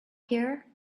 here